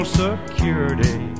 security